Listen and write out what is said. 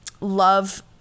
love